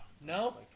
No